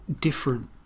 different